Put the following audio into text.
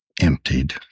Emptied